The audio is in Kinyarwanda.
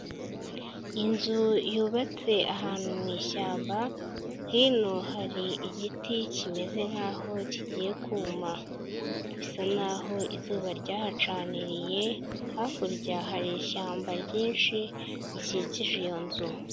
Inzu yubatse ahantu mu ishyamba, hino hari igiti kimeze nkaho kigiye kuma. Bisa naho izuba ryahacaniriye, hakurya hari ishyamba ryinshi rikikije iyo nzu.